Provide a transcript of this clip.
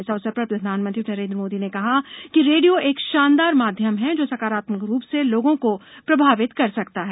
इस अवसर पर प्रधानमंत्री नरेंद्र मोदी ने कहा है कि रेप्रियो एक शानदार माध्यम है जो सकारात्मक रूप से लोगों को प्रभावित कर सकता है